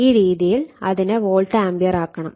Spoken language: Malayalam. ഈ രീതിയിൽ അതിനെ വോൾട്ട് ആമ്പിയർ ആക്കണം